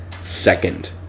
second